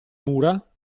mura